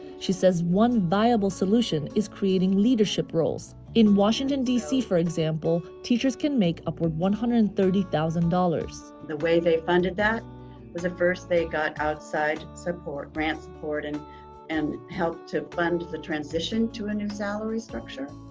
she says one viable viable solution is creating leadership roles. in washington, d c, for example, teachers can make up one hundred and thirty thousand dollars. the way they funded that was a first. they got outside support, transport and and helped to fund the transition to a new salary structure.